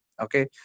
Okay